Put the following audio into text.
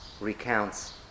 recounts